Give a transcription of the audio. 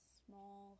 small